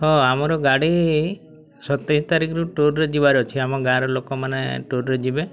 ହଁ ଆମର ଗାଡ଼ି ସତେଇଶ ତାରିଖରୁ ଟୁର୍ ଯିବାର ଅଛି ଆମ ଗାଁ'ର ଲୋକମାନେ ଟୁର୍ ଯିବେ